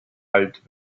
alt